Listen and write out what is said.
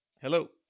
Hello